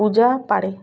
ପୂଜା ପାଡ଼େ